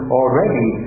already